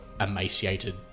emaciated